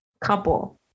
couple